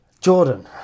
Jordan